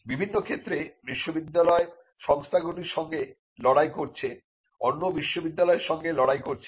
বিভিন্ন ক্ষেত্রে বিশ্ববিদ্যালয় সংস্থাগুলির সঙ্গে লড়াই করেছে অন্য বিশ্ববিদ্যালয়ের সঙ্গে লড়াই করেছে